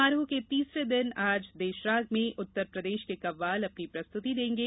समारोह के तीसरे दिन आज देशराग में उत्तरप्रदेश के कव्वाल अपनी प्रस्तुति देंगे